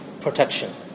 protection